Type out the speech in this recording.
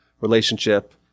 relationship